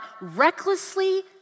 recklessly